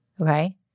okay